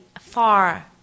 far